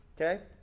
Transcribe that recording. Okay